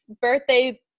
birthday